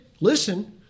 listen